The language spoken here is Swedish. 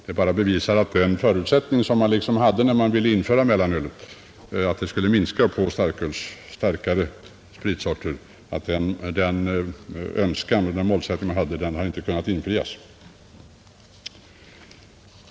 Det bevisar bara att den målsättning man hade när mellanölet infördes, alltså att det skulle minska konsumtionen av starkare spritsorter, inte har kunnat infrias.